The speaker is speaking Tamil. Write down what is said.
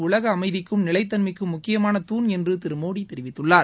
உலக அமைதிக்கும் நிலைத்தன்மைக்கும் முக்கியமான தூண் என்று திரு மோடி தெரிவித்துள்ளார்